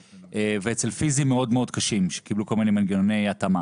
ואצל פיזיים מאוד מאוד קשים שקיבלו כל מיני מנגנוני התאמה